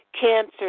cancer